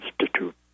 Institute